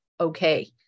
okay